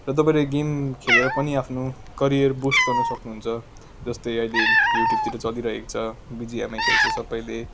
र तपाईँले गेम खेलेर पनि आफ्नो करियर बुस्ट गर्न सक्नुहुन्छ जस्तै अहिले युट्युबतिर चलिरहेको छ बिजिएमआई खेल्छ सबैले